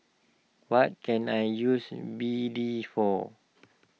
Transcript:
what can I use B D for